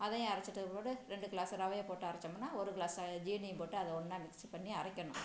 அதையும் அரைத்துட்டு போட்டு இரண்டு கிளாஸ் ரவையை போட்டு அரைத்தோம்னா ஒரு கிளாஸ் ஜீனியும் போட்டு அதில் ஒன்றா மிக்ஸ் பண்ணி அரைக்கணும்